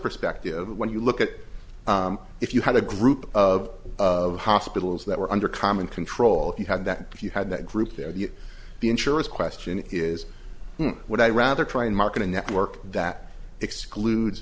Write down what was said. perspective when you look at if you had a group of of hospitals that were under common control if you had that if you had that group there the insurance question is what i rather try and market a network that exclude